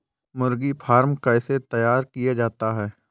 मुर्गी फार्म कैसे तैयार किया जाता है?